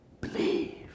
believe